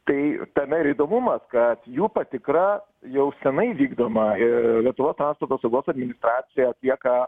tai tame ir įdomumas kad jų patikra jau senai vykdoma ir lietuvos transporto saugos administracija atlieka